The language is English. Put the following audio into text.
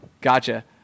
Gotcha